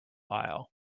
aisle